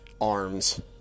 arms